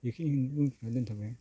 बेखिनिखोनो बुंना दोनथ'बाय आं